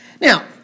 Now